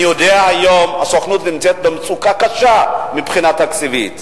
אני יודע שהיום הסוכנות נמצאת במצוקה קשה מבחינה תקציבית.